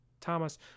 Thomas